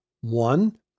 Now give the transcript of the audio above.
One